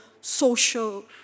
social